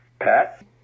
Pat